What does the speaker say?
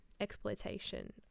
exploitation